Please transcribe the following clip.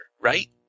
right